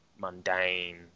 mundane